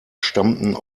stammten